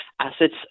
assets